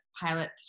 pilot